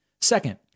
Second